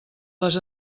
les